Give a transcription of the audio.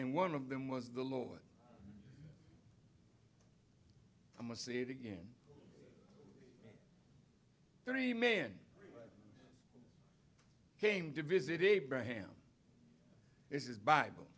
and one of them was the lord i must say it again three men came to visit abraham is his bible